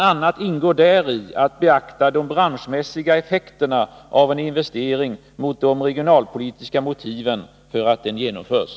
a. ingår däri att beakta de branschmässiga effekterna av en investering mot de regionalpolitiska motiven för att den genomförs.